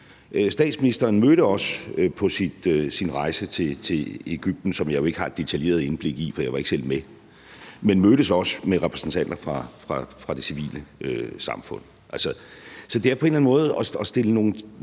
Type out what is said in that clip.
Statsministeren mødtes også på sin rejse til Egypten – som jeg jo ikke har et detaljeret indblik i, for jeg var ikke selv med – med repræsentanter fra det civile samfund. Så det er på en eller anden måde at stille nogle